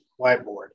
whiteboard